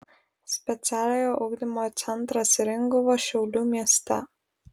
specialiojo ugdymo centras ringuva šiaulių mieste